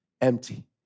empty